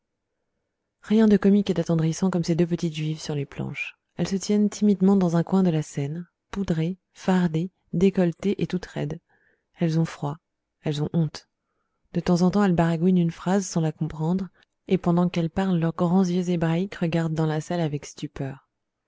rien de comique et d'attendrissant comme ces deux petites juives sur les planches elles se tiennent timidement dans un coin de la scène poudrées fardées décolletées et toutes raides elles ont froid elles ont honte de temps en temps elles baragouinent une phrase sans la comprendre et pendant qu'elles parlent leurs grands yeux hébraïques regardent dans la salle avec stupeur